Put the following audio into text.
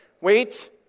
wait